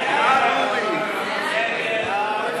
הצעת סיעות